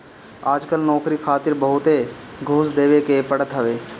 आजकल नोकरी खातिर बहुते घूस देवे के पड़त हवे